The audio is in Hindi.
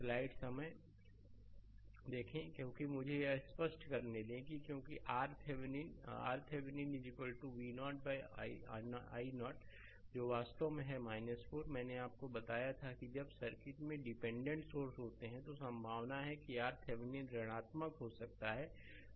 स्लाइड समय देखें 0610 क्योंकि मुझे यह स्पष्ट करने दें क्योंकि RThevenin RThevenin V0 i0 जो वास्तव में है 4 मैंने आपको बताया था कि जब सर्किट में डिपेंडेंट सोर्स होते हैं तो संभावना है कि RThevenin ऋणात्मक हो सकता है